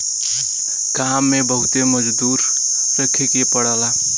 काम में बहुते मजदूर रखे के पड़ला